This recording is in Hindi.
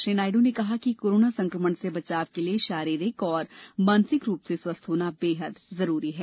श्री नायडू ने कहा कि कोरोना संक्रमण से बचाव के लिए शारीरिक और मानसिक रूप से स्वस्थ होना जरूरी है